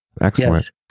Excellent